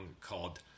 called